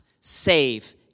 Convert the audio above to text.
save